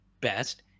best